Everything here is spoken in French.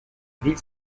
ville